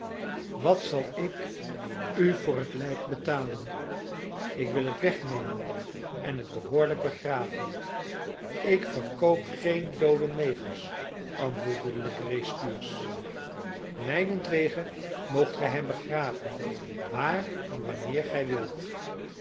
wat zal ik u voor het lijk betalen ik wil het wegnemen en het behoorlijk begraven ik verkoop geen doode negers antwoordde legree stuursch mijnentwege moogt gij hem begraven waar en wanneer gij wilt